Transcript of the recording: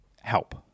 help